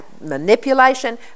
manipulation